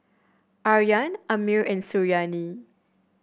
Aryan Ammir and Suriani